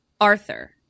Arthur